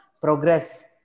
progress